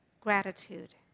gratitude